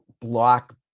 block